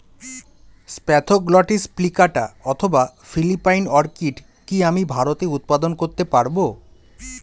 Spathoglottis plicata অথবা Philippine orchid কি আমি ভারতে উৎপাদন করতে পারবো?